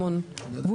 לא